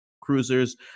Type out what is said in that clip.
cruisers